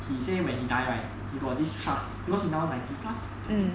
he say when he died right he got this trust because he now ninety plus I think